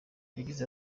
yagize